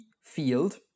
field